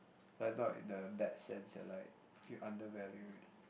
but it's not in the bad sense that like you undervalue it